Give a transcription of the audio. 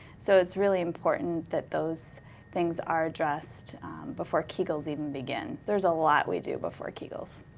so it's really important that those things are addressed before kegels even begin. there's a lot we do before kegels.